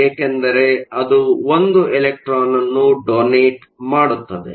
ಏಕೆಂದರೆ ಅದು ಒಂದು ಎಲೆಕ್ಟ್ರಾನ್ ಅನ್ನು ಡೋನೆಟ್ ಮಾಡುತ್ತದೆ